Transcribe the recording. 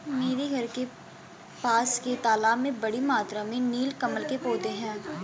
मेरे घर के पास के तालाब में बड़ी मात्रा में नील कमल के पौधें हैं